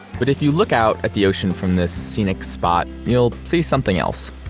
but if you look out at the ocean from this scenic spot, you'll see something else.